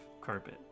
carpet